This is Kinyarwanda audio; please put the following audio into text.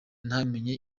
ntamenya